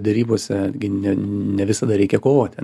derybose ne ne visada reikia kovoti